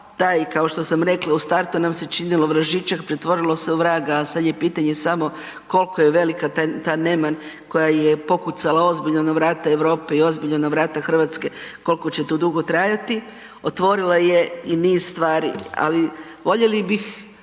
taj kao što rekla u startu nam se činilo vražićak pretvorilo se u vraga, a sad je pitanje samo kolika je ta neman koja je pokucala ozbiljno na vrata Europe i ozbiljno na vrata Hrvatske koliko će to dugo trajati otvorila je i niz stvari. Ali voljeli bih